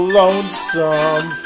lonesome